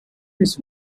his